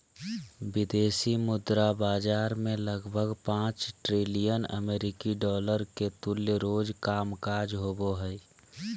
विदेशी मुद्रा बाजार मे लगभग पांच ट्रिलियन अमेरिकी डॉलर के तुल्य रोज कामकाज होवो हय